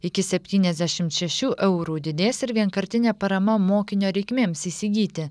iki septyniasdešimt šešių eurų didės ir vienkartinė parama mokinio reikmėms įsigyti